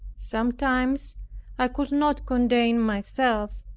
sometimes i could not contain myself,